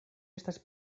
estas